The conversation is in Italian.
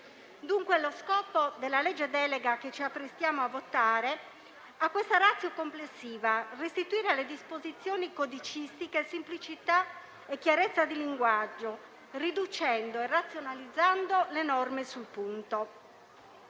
Dunque, lo scopo della legge delega che ci apprestiamo a votare ha questa *ratio* complessiva: restituire alle disposizioni codicistiche semplicità e chiarezza di linguaggio, riducendo e razionalizzando le norme sul punto.